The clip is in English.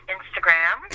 Instagram